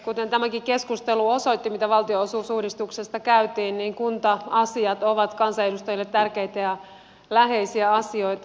kuten tämäkin keskustelu mitä valtionosuusuudistuksesta käytiin osoitti kunta asiat ovat kansanedustajille tärkeitä ja läheisiä asioita